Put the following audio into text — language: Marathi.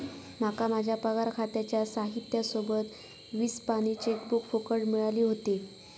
माका माझ्या पगार खात्याच्या साहित्या सोबत वीस पानी चेकबुक फुकट मिळाली व्हती